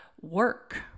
work